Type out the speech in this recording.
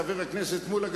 חבר הכנסת מולה,